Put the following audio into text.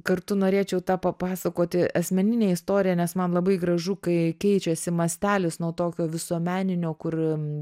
kartu norėčiau tą papasakoti asmeninę istoriją nes man labai gražu kai keičiasi mastelis nuo tokio visuomeninio kur